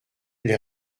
les